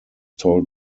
told